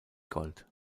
gold